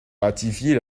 ratifier